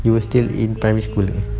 you were still in primary school lah